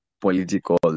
political